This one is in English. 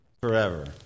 forever